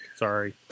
Sorry